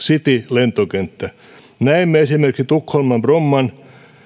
citylentokenttä näemme esimerkiksi tukholman bromman